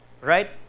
Right